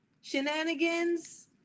shenanigans